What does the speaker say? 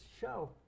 show